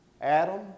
Adam